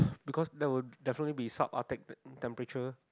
because there would definitely be shout outdated temperature